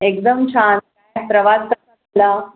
एकदम छान काय प्रवास कसा झाला